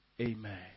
Amen